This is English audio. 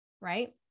right